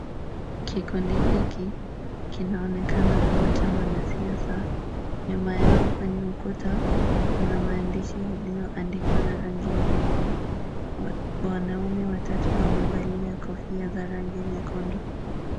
Kikundi hiki kinaonekana kuwa cha wanasiasa. Nyuma yao kwenye ukuta, kuna maandishi yakiyoandikwa na rangi nyeupe. Wanaume watatu wamevalia kofia za rangi nyekundu.